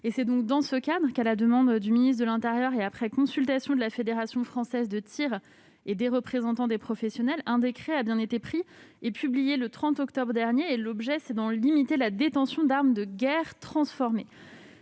C'est dans ce cadre que, à la demande du ministre de l'intérieur, et après consultation de la Fédération française de tir et des représentants des professionnels, un décret a été pris et publié le 30 octobre dernier, afin de limiter la détention d'armes de guerre transformées.